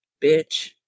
bitch